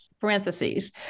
parentheses